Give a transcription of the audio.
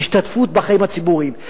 להשתתפות בחיים הציבוריים,